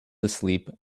asleep